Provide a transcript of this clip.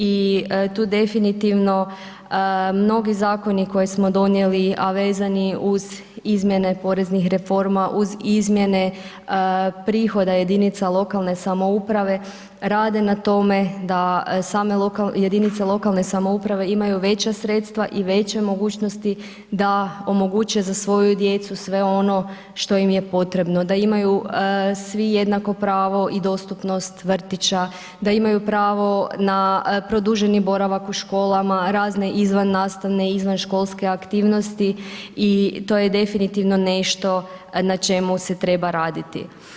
I to definitivno, mnogi zakoni koji smo donijeli a vezani uz izmjene poreznih reforma, uz izmjene prihoda jedinica lokalne samouprave rade na tome da same jedinice lokalne samouprave, imaju veća sredstva i veće mogućnosti da omoguće za svoju djecu sve ono što im je potrebno, da imaju svi jednako pravo i dostupnost vrtića, da imaju pravo na produženi boravak u školama, razne izvannastavne i izvanškolske aktivnosti i to je definitivno nešto na čemu se treba raditi.